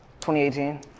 2018